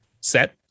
set